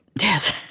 Yes